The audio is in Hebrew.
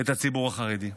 את הציבור החרדי.